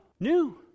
new